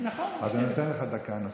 אז אתן לך דקה נוספת.